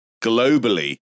globally